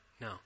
No